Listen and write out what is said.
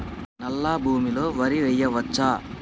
నల్లా భూమి లో వరి వేయచ్చా?